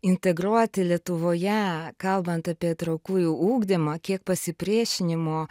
integruoti lietuvoje kalbant apie įtraukųjį ugdymą kiek pasipriešinimo